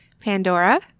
Pandora